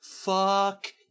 Fuck